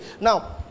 Now